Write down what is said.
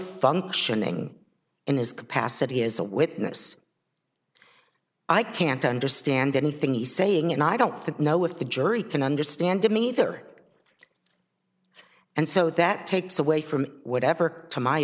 functioning in his capacity as a witness i can't understand anything he saying and i don't think no with the jury can understand him either and so that takes away from whatever to my